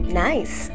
nice